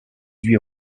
huit